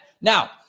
Now